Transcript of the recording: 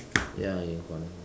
ya you can call him in